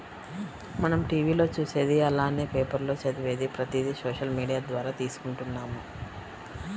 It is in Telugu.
మనం టీవీ లో చూసేది అలానే పేపర్ లో చదివేది ప్రతిది సోషల్ మీడియా ద్వారా తీసుకుంటున్నాము